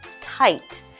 Tight